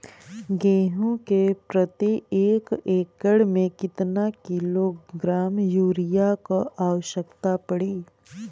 गेहूँ के प्रति एक एकड़ में कितना किलोग्राम युरिया क आवश्यकता पड़ी?